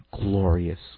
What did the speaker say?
glorious